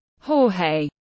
Jorge